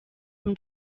him